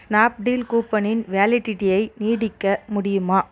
Snapdeal கூப்பனின் வேலிடிட்டியை நீட்டிக்க முடியுமா